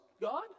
God